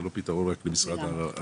זה לא פתרון רק למשרד העבודה.